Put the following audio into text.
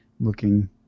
looking